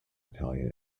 italian